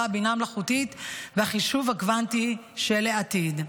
הבינה המלאכותית והחישוב הקוונטי של העתיד.